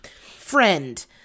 friend